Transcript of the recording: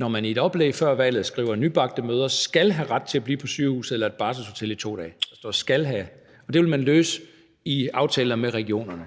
skriver i et oplæg før valget, at nybagte mødre skal have ret til at blive på sygehuset eller et barselshotel i 2 dage – der står »skal have« – og det vil man løse i aftaler med regionerne.